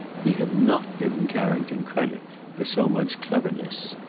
he had not given carrington credit for so much cleverness.